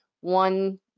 one